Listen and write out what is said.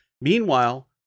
Meanwhile